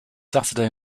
saturday